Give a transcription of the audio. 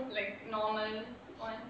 like normal ones